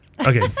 Okay